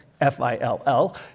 F-I-L-L